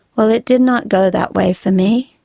well, it did not go that way for me.